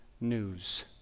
news